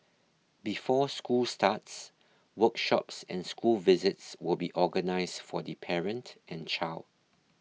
before school starts workshops and school visits will be organised for the parent and child